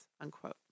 unquote